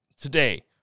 today